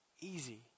easy